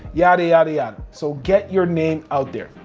yada, yada, yada. so get your name out there.